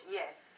yes